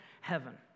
heaven